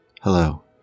Hello